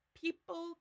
people